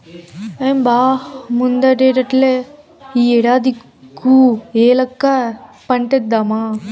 ఏం బా ముందటేడల్లే ఈ ఏడాది కూ ఏలక్కాయ పంటేద్దామా